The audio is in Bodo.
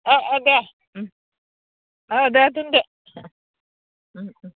दे दे दोनदो